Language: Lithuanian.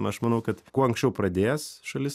na aš manau kad kuo anksčiau pradės šalis